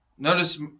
Notice